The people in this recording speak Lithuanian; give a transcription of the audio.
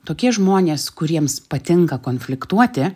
tokie žmonės kuriems patinka konfliktuoti